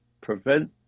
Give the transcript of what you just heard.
prevent